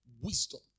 wisdom